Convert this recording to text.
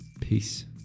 peace